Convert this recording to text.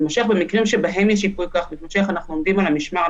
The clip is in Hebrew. למשל במקרים שבהם יש ייפוי כוח מתמשך אנחנו עומדים על המשמר,